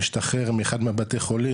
משתחרר מאחד מבתי החולים,